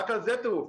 רק על זה טירוף.